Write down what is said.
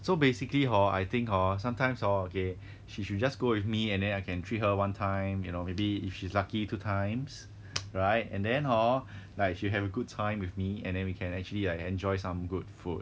so basically hor I think hor sometimes hor okay she should just go with me and then I can treat her one time you know maybe if she's lucky two times right and then hor like she have a good time with me and then we can actually like enjoy some good food